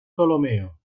ptolomeo